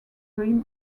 dream